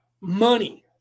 money